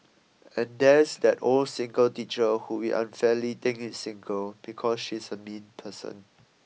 and there's that old single teacher who we unfairly think is single because she's a mean person